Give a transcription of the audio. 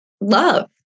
love